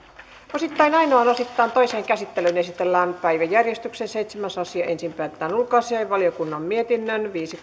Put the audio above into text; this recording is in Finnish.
osittain ainoaan osittain toiseen käsittelyyn esitellään päiväjärjestyksen seitsemäs asia ensin päätetään ulkoasiainvaliokunnan mietinnön viisi